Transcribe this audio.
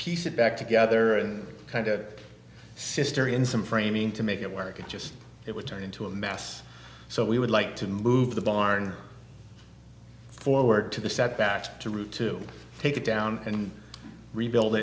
piece it back together and kind of sister in some framing to make it work it just it would turn into a mess so we would like to move the barn forward to the setbacks to root to take it down and rebuild